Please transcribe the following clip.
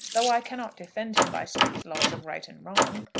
though i cannot defend him by strict laws of right and wrong.